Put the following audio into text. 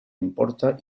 importa